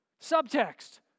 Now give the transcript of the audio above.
Subtext